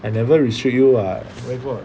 I never restrict you [what] where got